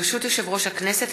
ברשות יושב-ראש הכנסת,